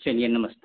चलिए नमस्ते